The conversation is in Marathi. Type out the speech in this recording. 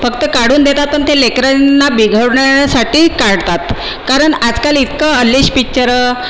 फक्त काढून देतात आणि ते लेकरांना बिघडवण्यासाठी काढतात कारण आजकाल इतकं अलिश पिच्चरं